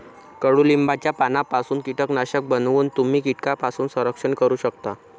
कडुलिंबाच्या पानांपासून कीटकनाशक बनवून तुम्ही कीटकांपासून संरक्षण करू शकता